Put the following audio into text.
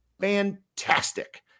fantastic